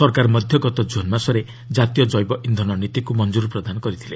ସରକାର ମଧ୍ୟ ଗତ କୁନ ମାସରେ କାତୀୟ ଜୈବ ଇନ୍ଧନ ନୀତିକୁ ମଞ୍ଜୁର ପ୍ରଦାନ କରିଥିଲେ